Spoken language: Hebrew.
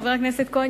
חבר הכנסת כהן,